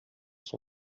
son